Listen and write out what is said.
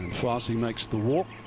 fassi makes the walk